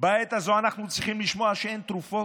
בעת הזו אנחנו צריכים לשמוע שאין תרופות,